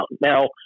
Now